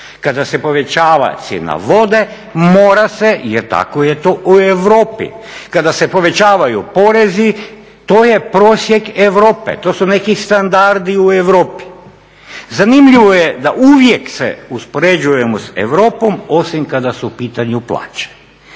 Kada se povećava cijena vode mora se jer tako je to u Europi. Kada se povećavaju porezi to je prosjek Europe, to su neki standardi u Europi. Zanimljivo je da uvijek se uspoređujemo s Europom osim kada su u pitanju plaće.